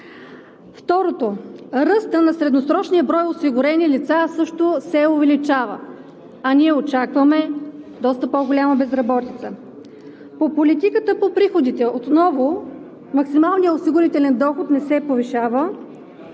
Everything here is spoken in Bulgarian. Второто, ръстът на средносрочният брой осигурени лица също се увеличава, а ние очакваме доста по-голяма безработица. По политиката по приходите. Отново максималният осигурителен доход не се повишава